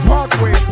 Parkway